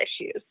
issues